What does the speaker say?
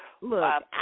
Look